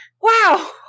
Wow